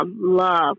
love